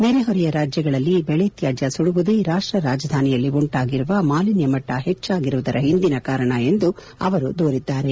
ನೆರೆಹೊರೆಯ ರಾಜ್ಯಗಳಲ್ಲಿ ಬೆಳೆ ತ್ಯಾಜ್ಯ ಸುಡುವುದೇ ರಾಷ್ಟ ರಾಜಧಾನಿಯಲ್ಲಿ ಉಂಟಾಗಿರುವ ಮಾಲಿನ್ಯ ಮಟ್ಟ ಹೆಚ್ಚಾಗಿರುವುದರ ಹಿಂದಿನ ಕಾರಣ ಎಂದು ಅವರು ದೂರಿದ್ದಾರೆ